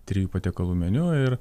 trijų patiekalų meniu ir